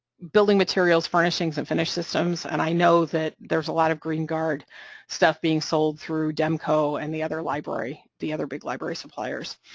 building materials, furnishings, and finish systems, and i know that there's a lot of green guard stuff being sold through demco and the other library, the other big library suppliers.